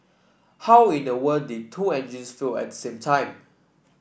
how in the world did two engines at the same time